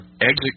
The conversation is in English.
exit